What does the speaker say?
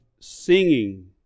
Singing